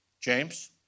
James